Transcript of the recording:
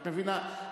את מבינה?